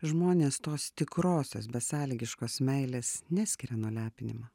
žmonės tos tikrosios besąlygiškos meilės neskiria nuo lepinimo